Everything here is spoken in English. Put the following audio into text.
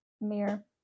Mirror